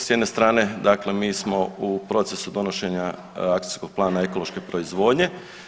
S jedne strane, dakle mi smo u procesu donošenja akcijskog plana ekološke proizvodnje.